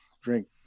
drink